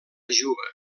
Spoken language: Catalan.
juba